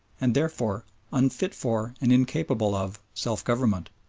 and therefore unfit for and incapable of self-government.